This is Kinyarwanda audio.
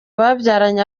babyaranye